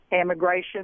Immigration